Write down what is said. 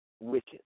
wicked